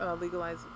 legalize